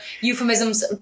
euphemisms